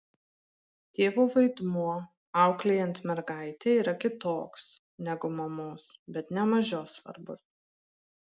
tėvo vaidmuo auklėjant mergaitę yra kitoks negu mamos bet ne mažiau svarbus